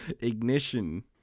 ignition